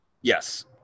Yes